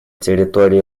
территории